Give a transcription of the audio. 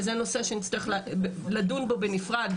וזה נושא שנצטרך לדון בו בנפרד,